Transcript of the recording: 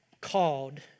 called